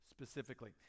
specifically